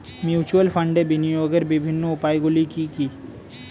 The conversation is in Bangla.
মিউচুয়াল ফান্ডে বিনিয়োগের বিভিন্ন উপায়গুলি কি কি?